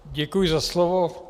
Děkuji za slovo.